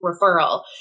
referral